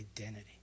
identity